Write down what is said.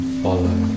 follow